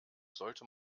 sollte